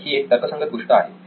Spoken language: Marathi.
तर ही एक तर्कसंगत गोष्ट आहे